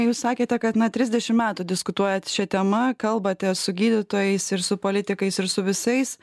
jūs sakėte kad na trisdešim metų diskutuojat šia tema kalbate su gydytojais ir su politikais ir su visais